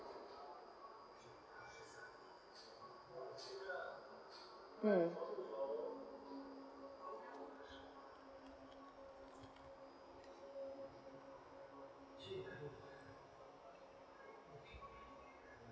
um